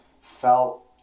felt